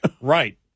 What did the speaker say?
Right